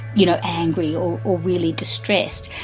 you know, angry or or really distressed.